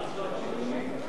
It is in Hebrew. חוק האזרחות (תיקון מס' 10),